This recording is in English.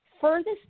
furthest